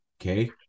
Okay